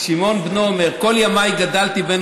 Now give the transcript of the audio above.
"שמעון בנו אומר: כל ימיי גדלתי בין